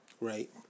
Right